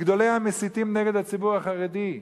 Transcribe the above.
מגדולי המסיתים נגד הציבור החרדי,